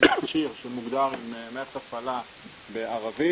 ביקושים שמוגדר עם מערכת הפעלה בערבית,